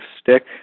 stick